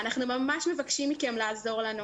אנחנו ממבקש מבקשים מכם לעזור לנו.